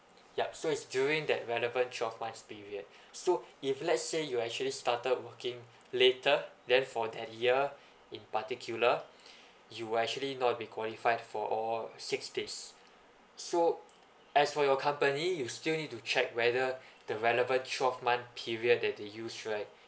yup so it's during that relevant twelve months period so if let's say you actually started working later then for that year in particular you will actually not be qualified for all six days so as for your company you still need to check whether the relevant twelve month period that they use right